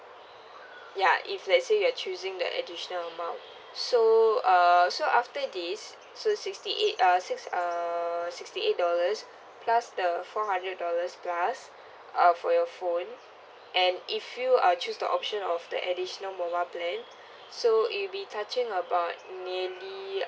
ya if let's say you're choosing that additional amount so uh so after this so sixty eight err six err sixty eight dollars plus the four hundred dollars plus uh for your phone and if you uh choose the option of the additional mobile plane so it will be touching about maybe